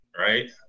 right